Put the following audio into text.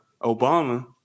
Obama